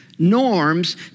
norms